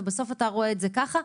ובסוף אתה רואה את זה ככה,